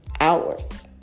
hours